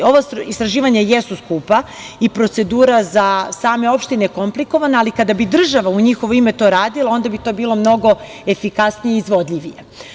Ova istraživanja jesu skupa i procedura za same opštine komplikovana, ali kada bi država u njihovo ime to radila, onda bi to bilo mnogo efikasnije i izvodljivije.